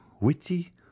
witty